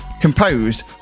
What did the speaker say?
composed